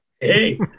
Hey